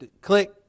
Click